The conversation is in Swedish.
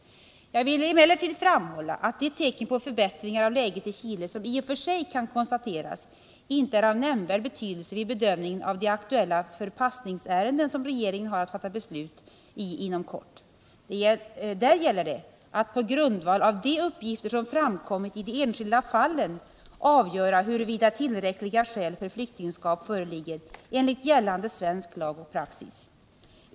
Jag vill emellertid klart framhålla att de tecken på förbättringar av läget i Chile som i och för sig kan konstateras inte är av nämnvärd betydelse vid bedömningen av de aktuella förpassningsärenden som regeringen har att fatta beslut i inom kort. Där gäller det att på grundval av de uppgifter som framkommit i de enskilda fallen avgöra huruvida tillräckliga skäl för flyktingskap föreligger enligt gällande svensk lag och praxis.